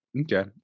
Okay